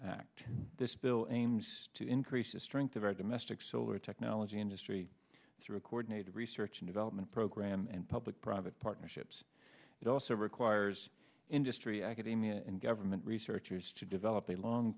act this bill aims to increase the strength of our domestic solar technology industry through a coordinated research and development program and public private partnerships it also requires industry academia and government researchers to develop a long